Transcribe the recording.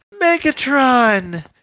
Megatron